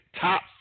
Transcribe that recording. top